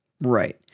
Right